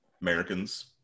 Americans